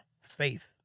faith